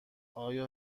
آیا